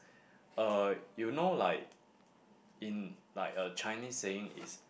uh you know like in like a Chinese saying is